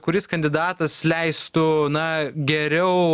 kuris kandidatas leistų na geriau